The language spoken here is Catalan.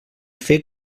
fer